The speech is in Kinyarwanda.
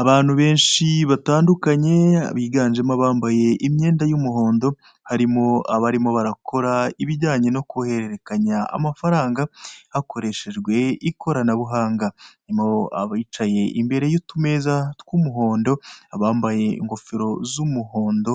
Abantu benshi batandukanye biganjemo abambaye imyenda y'umuhondo, harimo abarimo barakora ibijyanye no guhererekanya amafaranga hakoreshejwe ikoranabuhanga, harimo abicaye imbere y'utumeza tw'umuhondo, abambaye ingofero z'umuhondo